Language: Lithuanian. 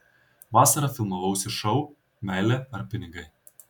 vasarą filmavausi šou meilė ar pinigai